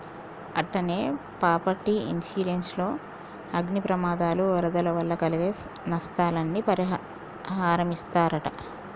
అట్టనే property insurance లో అగ్ని ప్రమాదాలు, వరదల వల్ల కలిగే నస్తాలని పరిహారమిస్తరట